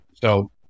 So-